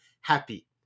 happy